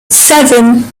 seven